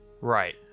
Right